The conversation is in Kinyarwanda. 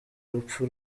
rupfu